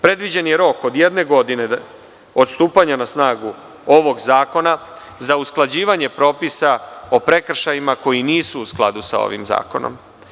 Predviđen je rok od jedne godine od stupanja na snagu ovog zakona, za usklađivanje propisa o prekršajima koji nisu u skladu sa ovim zakonom.